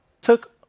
took